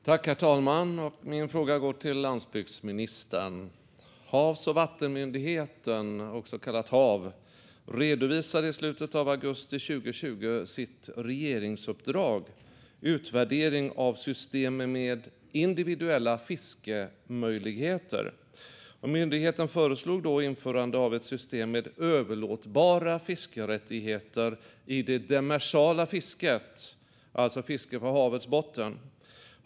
Herr talman! Min fråga går till landsbygdsministern. Havs och vattenmyndigheten, också kallad HaV, redovisade i slutet av augusti 2020 sitt regeringsuppdrag Utvärdering av system med individuella fiskem öjligheter . Myndigheten föreslog införande av ett system med överlåtbara fiskerättigheter i det demersala fisket, alltså fiske på havets botten.